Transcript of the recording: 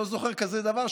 לא זוכר כזה דבר,